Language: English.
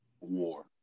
war